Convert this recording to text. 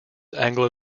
anglo